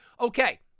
Okay